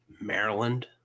Maryland